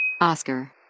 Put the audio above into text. Oscar